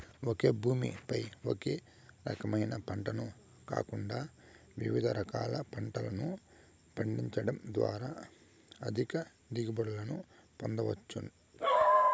ఒకే భూమి పై ఒకే రకమైన పంటను కాకుండా వివిధ రకాల పంటలను పండించడం ద్వారా అధిక దిగుబడులను పొందవచ్చు